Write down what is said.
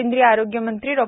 केंद्रीय आरोग्यमंत्री डॉ